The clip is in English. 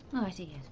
i see,